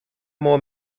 more